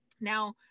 Now